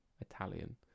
Italian